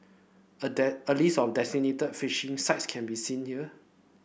a die a list of designated fishing sites can be seen here